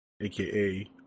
aka